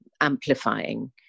amplifying